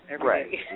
Right